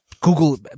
Google